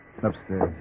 Upstairs